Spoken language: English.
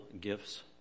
gifts